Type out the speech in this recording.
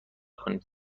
کنید